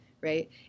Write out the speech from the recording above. right